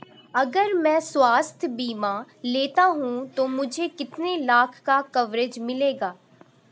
अगर मैं स्वास्थ्य बीमा लेता हूं तो मुझे कितने लाख का कवरेज मिलेगा?